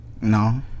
No